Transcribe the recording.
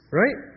right